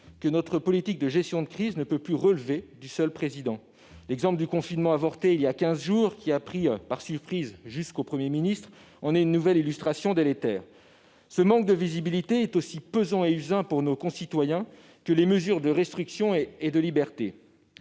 que notre politique de gestion de crise ne peut plus relever du seul chef de l'État. L'exemple du confinement avorté, qui, voilà quinze jours, a pris par surprise jusqu'au Premier ministre, est une nouvelle illustration de cette situation délétère. Ce manque de visibilité est aussi pesant et usant pour nos concitoyens que les mesures de restriction de liberté.